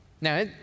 Now